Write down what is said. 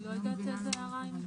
לא יודעת לאיזו הערה היא מתייחסת.